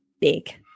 big